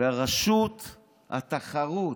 לרשות התחרות,